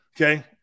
Okay